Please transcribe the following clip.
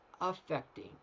affecting